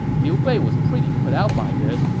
liu bei was pretty put out by this,